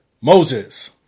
Moses